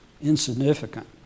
insignificant